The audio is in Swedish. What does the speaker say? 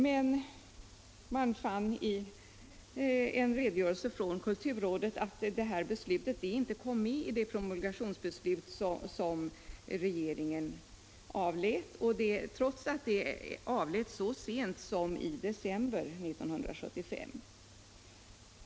Men man fann i en redogörelse från kulturrådet att beslutet inte kom med i det promulgationsbeslut som regeringen avlät, trots att det avläts så sent som i december 1975.